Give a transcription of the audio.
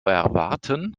erwarten